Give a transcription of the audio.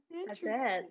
Interesting